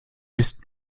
ist